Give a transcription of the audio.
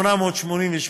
260,888,